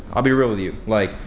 i'll be real with you like